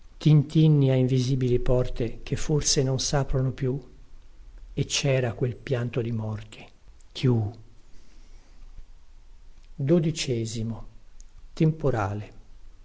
tintinni a invisibili porte che forse non saprono più e cera quel pianto di morte chiù